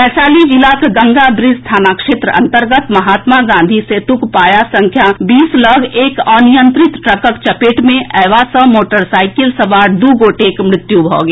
वैशाली जिलाक गंगा ब्रिज थाना क्षेत्र अंतर्गत महात्मा गांधी सेतुक पाया संख्या बीस लऽग एक अनियंत्रित ट्रकक चपेट मे अएबा सँ मोटरसाईकिल सवार दू गोटेक मृत्यु भऽ गेल